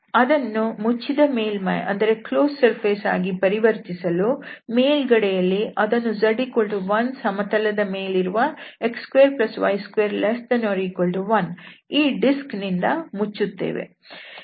ಅದನ್ನು ಮುಚ್ಚಿದ ಮೇಲ್ಮೈ ಅಂದರೆ ಕ್ಲೋಸ್ಡ್ ಸರ್ಫೇಸ್ ಆಗಿ ಪರಿವರ್ತಿಸಲು ಮೇಲ್ಗಡೆ ಯಲ್ಲಿ ಅದನ್ನು z1 ಸಮತಲದ ಮೇಲಿರುವ x2y2≤1 ಈ ಡಿಸ್ಕ್ ನಿಂದ ಮುಚ್ಚುತ್ತೇವೆ